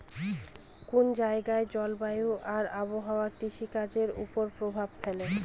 কোন জায়গার জলবায়ু আর আবহাওয়া কৃষিকাজের উপর প্রভাব ফেলে